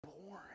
boring